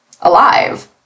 alive